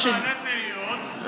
אף אחד לא ידע את מה שמנדלבליט עשה.